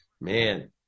man